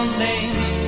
names